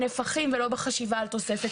היתר המוטל על ראשי העיר ועל הערים מבחינה הזאת.